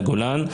הגולן,